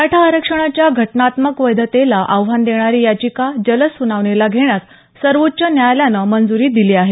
मराठा आरक्षणाच्या घटनात्मक वैधतेला आव्हान देणारी याचिका जलद सुनावणीला घेण्यास सर्वोच्च न्यायालयानं मंजुरी दिली आहे